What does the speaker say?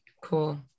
cool